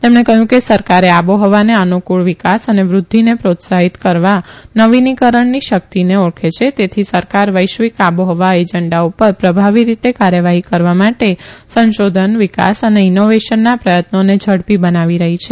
તેમણે કફથું કે સરકારે આબોફવાને અનુકૃળ વિકાસ અને વૃધ્યિને પ્રોત્સાહિત કરવાનવીનીકરણની શકિતને ઓળખે છે તેથી સરકાર વૈશ્વિક આબોહવા એજંડા પર પ્રભાવી રીતે કાર્યવાહી કરવા માટે સશોધન વિકાસ અને ઇનોવેશનના પ્રયત્નોને ઝડપી બનાવી રહી છે